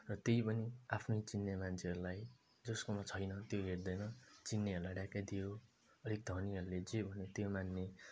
र त्यही पनि आफ्नै चिन्ने मान्छेहरूलाई जसकोमा छैन त्यो हेर्दैन चिन्नेहरूलाई ढ्याक्कै दियो अलिक धनीहरूले जे भन्यो त्यो मान्ने